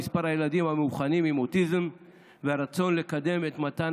במספר הילדים המאובחנים עם אוטיזם והרצון לקדם את מתן